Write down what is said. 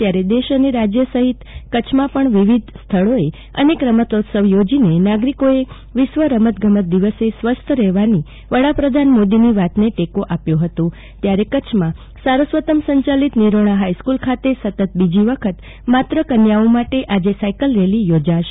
ત્યારે દેશ અને રાજ્ય સફીત કરછમાં પણ વિવિધ સ્થળો એ અનેક રંમોત્સવ થોજી નાગરીકો ઐ વિશ્વ રમતગમત દિવસે સ્વસ્થ રહેવાની વડાપ્રધાન મોદી નો ધ્રીત ને ટેકો આપ્યો ફતો ત્યારે કરછમાં સારસ્વત સંચાલિત નિરોણા ફાઇસ્કુલ ખાતે સતત બીજી વખત આજે માત્ર કન્યાઓ માટે સાયકલ રેલી યોજાશે